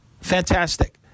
fantastic